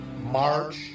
March